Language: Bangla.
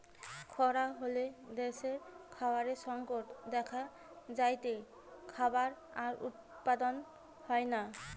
খরা হলে দ্যাশে খাবারের সংকট দেখা যায়টে, খাবার আর উৎপাদন হয়না